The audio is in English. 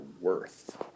worth